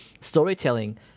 storytelling